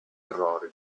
errori